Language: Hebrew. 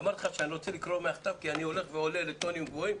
אמרתי לך שאני רוצה לקרוא מהכתב כי אני הולך ועולה לטונים גבוהים,